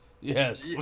Yes